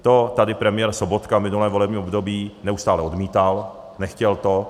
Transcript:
To tady premiér Sobotka minulé volební období neustále odmítal, nechtěl to.